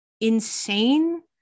insane